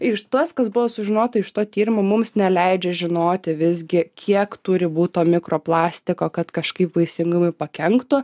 iš tas kas buvo sužinota iš to tyrimo mums neleidžia žinoti visgi kiek turi būt to mikro plastiko kad kažkaip vaisingumui pakenktų